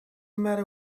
matter